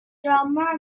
drummer